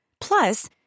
Plus